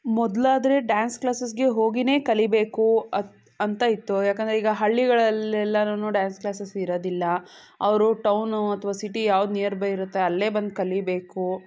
ಮೊದಲಾದ್ರೆ ಡ್ಯಾನ್ಸ್ ಕ್ಲಾಸಸ್ಗೆ ಹೋಗಿನೇ ಕಲಿಬೇಕು ಅಂತ ಇತ್ತು ಯಾಕಂದರೆ ಈಗ ಹಳ್ಳಿಗಳಲ್ಲೆಲ್ಲಾನೂ ಡ್ಯಾನ್ಸ್ ಕ್ಲಾಸಸ್ ಇರೋದಿಲ್ಲ ಅವರು ಟೌನು ಅಥವಾ ಸಿಟಿ ಯಾವ್ದು ನಿಯರ್ಬೈ ಇರುತ್ತೆ ಅಲ್ಲೇ ಬಂದು ಕಲೀಬೇಕು